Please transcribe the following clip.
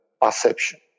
perception